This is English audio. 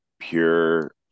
pure